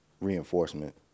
reinforcement